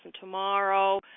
tomorrow